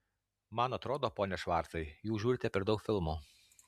man atrodo pone švarcai jūs žiūrite per daug filmų